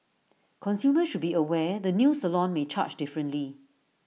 consumers should be aware the new salon may charge differently